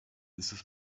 ist